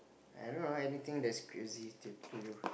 I don't know anything is crazy to to you